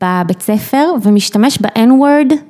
‫בבית ספר, ומשתמש ב-N word.